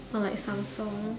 or like Samsung